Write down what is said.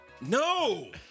No